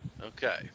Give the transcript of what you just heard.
Okay